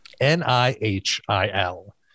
N-I-H-I-L